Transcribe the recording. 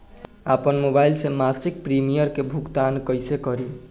आपन मोबाइल से मसिक प्रिमियम के भुगतान कइसे करि?